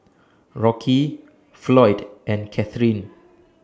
Rocky Floyd and Kathrine